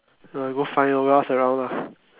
uh go find lor go ask around lah